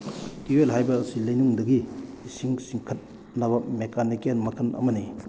tubewell ꯍꯥꯏꯕ ꯑꯁꯤ ꯂꯩꯅꯨꯡꯗꯒꯤ ꯏꯁꯤꯡ ꯆꯤꯡꯈꯠꯅꯕ ꯃꯦꯀꯥꯅꯤꯀꯦꯜ ꯃꯈꯜ ꯑꯃꯅꯤ